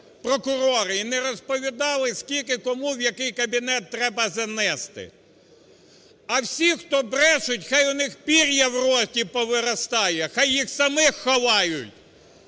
і не розповідали скільки, кому і в який кабінет треба занести. А всі, хто брешуть, хай у них пір'я в роті повиростає! Хай їх самих ховають.